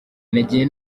nagiye